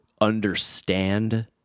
understand